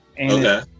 Okay